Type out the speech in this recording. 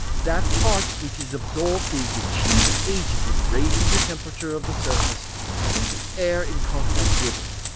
that part which is absorbed being the chief agent in raising the temperature of the surface and of the air in contact with it.